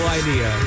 idea